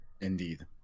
indeed